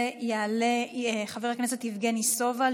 יעלה חבר הכנסת יבגני סובה.